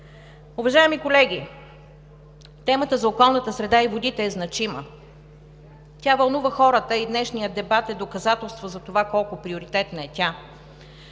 Уважаеми колеги, темата за околната среда и водите е значима. Тя вълнува хората и днешният дебат е доказателство за това колко приоритетна е тя.